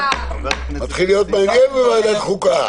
מתחיל להיות מעניין בוועדת החוקה.